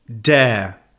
dare